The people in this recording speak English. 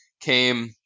came